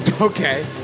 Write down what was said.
Okay